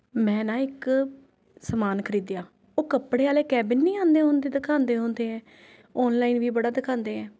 ਮੈਂ ਨਾ ਇੱਕ ਸਮਾਨ ਖਰੀਦਿਆ ਉਹ ਕੱਪੜਿਆਂ ਵਾਲੇ ਕੈਬਿਨ ਨਹੀਂ ਆਉਂਦੇ ਹੁੰਦੇ ਦਿਖਾਉਂਦੇ ਹੁੰਦੇ ਹੈ ਔਨਲਾਈਨ ਵੀ ਬੜਾ ਦਿਖਾਉਂਦੇ ਹੈ